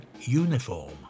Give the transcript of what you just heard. uniform